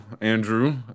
Andrew